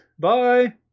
Bye